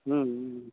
हूँ